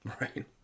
Right